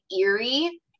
eerie